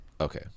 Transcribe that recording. Okay